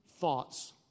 thoughts